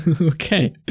okay